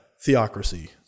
theocracy